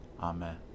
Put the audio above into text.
Amen